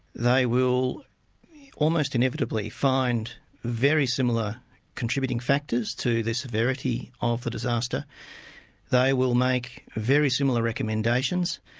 they will almost inevitably find very similar contributing factors to the severity of the disaster they will make very similar recommendations,